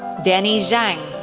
danny zhang,